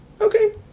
Okay